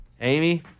Amy